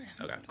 Okay